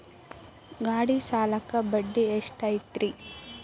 ಗಾಡಿ ಸಾಲಕ್ಕ ಬಡ್ಡಿ ಎಷ್ಟೈತ್ರಿ?